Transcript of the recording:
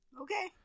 Okay